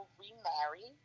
remarry